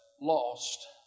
lost